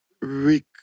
Rick